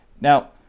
now